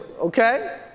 okay